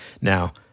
now